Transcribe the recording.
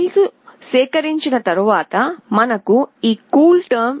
ఫైల్ను సేకరించిన తరువాత మనకు ఈ CoolTerm